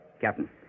Captain